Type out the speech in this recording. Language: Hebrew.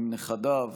עם נכדיו,